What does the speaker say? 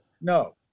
no